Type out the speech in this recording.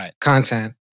content